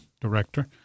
director